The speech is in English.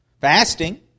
fasting